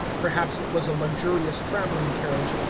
perhaps it was a luxurious traveling carriage,